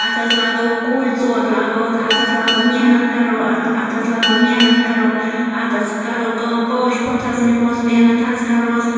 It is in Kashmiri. اَتھ حظ لاگَو کُلۍ ژور لاگَو اَتھ اَتھ حظ لاگَو محنت کَرو اَتھ اَتھ حظ لاگو محنت کَرو اَتھ حظ کَرَو کٲم پٲشۍ پھوٚت حظ نِمہوس محنت حظ کَروس